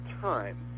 time